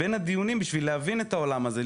בין הדיונים בשביל להבין את העולם הזה,